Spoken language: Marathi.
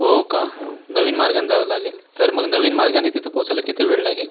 हो का नवीन मार्गानं जावं लागेल तर मग नवीन मार्गाने तिथं पोहोचायला किती वेळ लागेल